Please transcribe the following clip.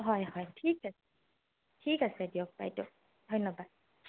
হয় হয় ঠিক আছে ঠিক আছে দিয়ক বাইদেউ ধন্যবাদ